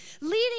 leading